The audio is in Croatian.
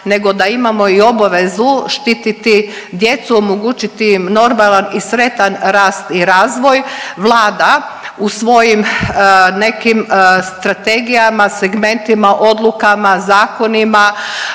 nego da imamo i obavezu štiti djecu, omogućiti im normalan i sretan rast i razvoj. Vlada u svojim nekim strategijama, segmentima, odlukama, zakonima